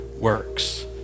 works